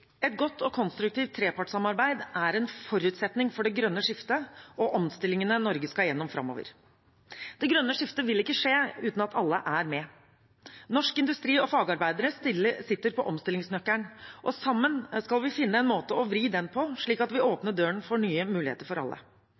Et godt og konstruktivt trepartssamarbeid er en forutsetning for det grønne skiftet og omstillingene Norge skal gjennom framover. Det grønne skiftet vil ikke skje uten at alle er med. Norsk industri og fagarbeidere sitter på omstillingsnøkkelen, og sammen skal vi finne en måte å vri den på, slik at vi åpner døren for nye muligheter for alle.